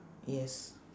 yes